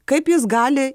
kaip jis gali